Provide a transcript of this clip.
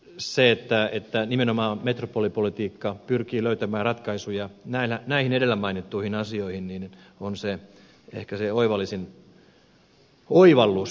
se että nimenomaan metropolipolitiikka pyrkii löytämään ratkaisuja näihin edellä mainittuihin asioihin on ehkä se oivallisin oivallus